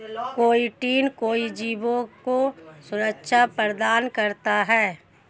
chitin कई जीवों को सुरक्षा प्रदान करता है